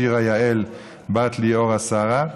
שירה יעל בת ליאורה שרה,